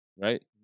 Right